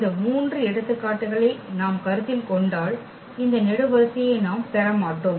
இந்த மூன்று எடுத்துக்காட்டுகளை நாம் கருத்தில் கொண்டால் இந்த நெடுவரிசையை நாம் பெற மாட்டோம்